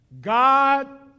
God